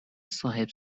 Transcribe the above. صاحب